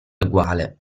eguale